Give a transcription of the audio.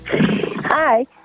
Hi